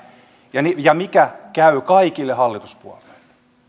ja ja mikä käy kaikille hallituspuolueille